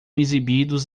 exibidos